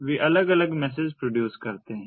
वे अलग अलग message produce करते हैं